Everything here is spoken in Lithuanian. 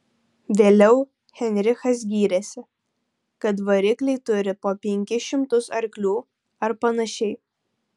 vėliau heinrichas gyrėsi kad varikliai turi po penkis šimtus arklių ar panašiai